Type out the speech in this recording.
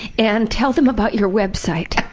and tell them about your website.